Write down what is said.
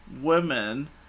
Women